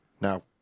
Now